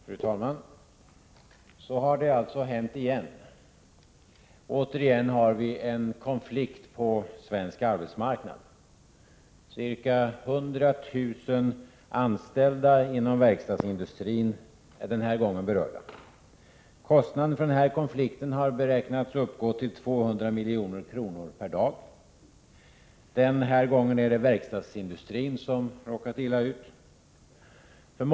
Fru talman! Så har det alltså hänt igen. Återigen har vi en konflikt på svensk arbetsmarknad. Ca 100 000 anställda inom verkstadsindustrin är den här gången berörda. Kostnaden för denna konflikt har beräknats uppgå till 200 milj.kr. per dag. Den här gången är det verkstadsindustrin som råkat illa ut.